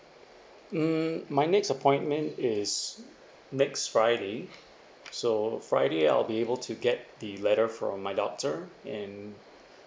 mm my next appointment is next friday so friday I'll be able to get the letter from my doctor and